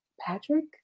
Patrick